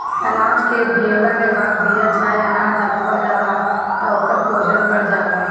अनाज के भेवला के बाद बिया चाहे अनाज अखुआ जाला त ओकर पोषण बढ़ जाला